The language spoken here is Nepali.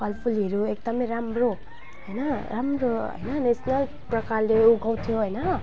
फलफुलहरू एकदमै राम्रो होइन राम्रो होइन नेसनल प्रकारले उगाउथ्यो होइन